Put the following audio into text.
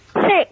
Six